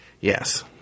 Yes